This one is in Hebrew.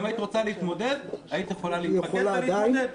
אם היית רוצה להתמודד היית יכולה להתפקד לליכוד.